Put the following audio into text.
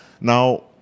Now